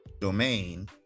domain